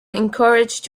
encouraged